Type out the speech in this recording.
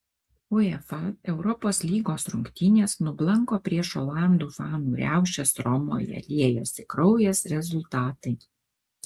uefa europos lygos rungtynės nublanko prieš olandų fanų riaušes romoje liejosi kraujas rezultatai